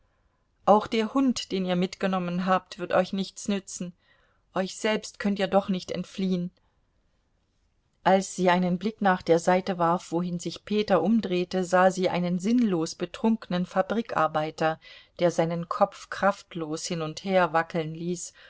auch der hund den ihr mitgenommen habt wird euch nichts nützen euch selbst könnt ihr doch nicht entfliehen als sie einen blick nach der seite warf wohin sich peter umdrehte sah sie einen sinnlos betrunkenen fabrikarbeiter der seinen kopf kraftlos hin und her wackeln ließ